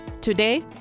Today